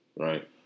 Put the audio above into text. Right